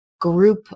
group